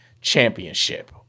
championship